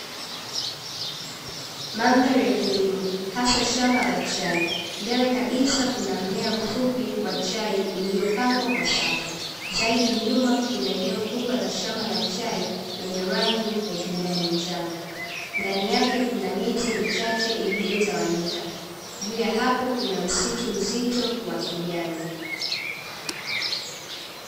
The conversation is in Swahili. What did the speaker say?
Mandhari ya kilimo hasa shamba la chai, mbele kabisa kuna mmea mfupi wa chai uliopangwa kwa safu, zaidi nyuma kuna eneo kubwa la shamba la chai lenye rangi ya kijani njano, ndani yake kuna miti michache iliyotawanyika juu ya hapo kuna msitu mzito wa kijani.